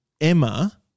Emma